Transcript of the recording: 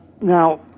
Now